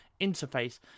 interface